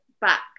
back